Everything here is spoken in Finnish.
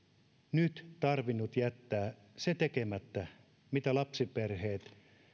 nyt tarvinnut jättää tekemättä se mitä lapsiperheet